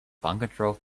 uncontrolled